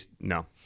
No